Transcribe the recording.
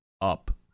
up